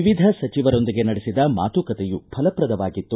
ವಿವಿಧ ಸಚಿವರೊಂದಿಗೆ ನಡೆಸಿದ ಮಾತುಕತೆಯೂ ಫಲಪ್ರದವಾಗಿತ್ತು